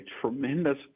tremendous